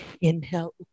Inhale